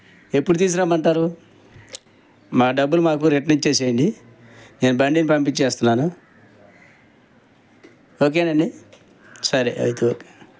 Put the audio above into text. ఎప్పుడు తీసుకురమ్మంటారు మా డబ్బులు మాకు రిటర్న్ ఇచ్చేసేయండి నేను బండిని పంపించేస్తున్నాను ఓకేనండి సరే అయితే ఓకే